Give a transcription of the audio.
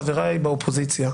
חבריי באופוזיציה,